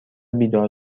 بیدار